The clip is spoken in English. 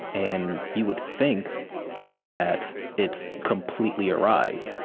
and you would think that it's completely arrived.